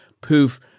poof